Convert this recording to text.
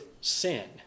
sin